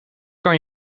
kan